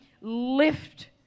lift